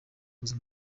kuza